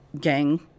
gang